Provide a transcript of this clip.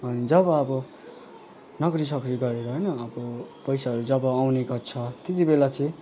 अनि जब अब नोकरीसकरी गरेर होइन अब पैसाहरू जब आउने गर्छ त्यति बेला चाहिँ